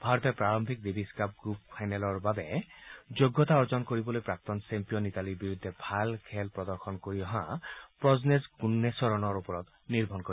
ভাৰতে প্ৰাৰম্ভিক Davis Cup group ফাইনেলৰ বাবে কোৱালিফাই কৰিবলৈ প্ৰাক্তন চেম্পিয়ন ইটালীৰ বিৰুদ্ধে ভাল খেল প্ৰদৰ্শন কৰি থকা প্ৰজনেছ গুন্নেচৰনৰ ওপৰত নিৰ্ভৰ কৰিব